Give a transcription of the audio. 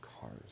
Cars